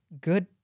good